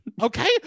okay